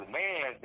man